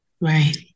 Right